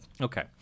Okay